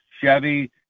Chevy